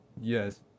Yes